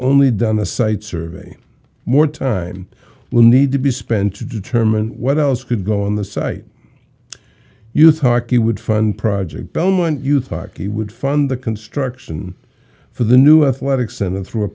only done a site survey more time will need to be spent to determine what else could go on the site youth hockey would fund project belmont youth hockey would fund the construction for the new athletic center through a